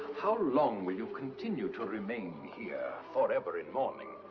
how long will you continue to remain here, forever in mourning?